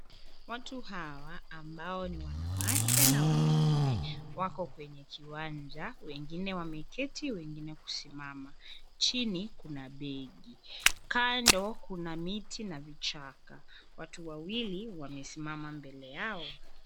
Watu hawa ambao ni wanawake na wanaume, wako kwenye kiwanja, wengine wameketi, wengine kusimama. Chini kuna begi, kando kuna miti na vichaka. Watu wawili wamesimama mbele yao.